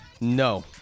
No